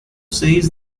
says